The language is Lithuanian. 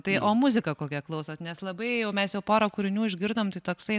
tai o muziką kokią klausot nes labai jau mes jau porą kūrinių išgirdom tai toksai